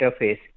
interface